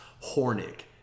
hornig